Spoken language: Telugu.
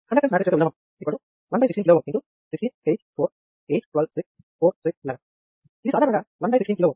కండక్టెన్స్ మ్యాట్రిక్స్ యొక్క విలోమం 116 k16 8 4 8 12 6 4 6 11 ఇది సాధారణంగా 116 k ఎందుకంటే G మ్యాట్రిక్స్ యొక్క అన్ని విలువలు మిల్లిసీమెన్స్ లో ఉన్నాయి